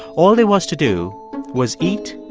all there was to do was eat,